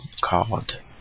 called